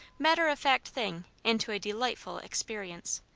matter-of-fact thing into a delightful experience.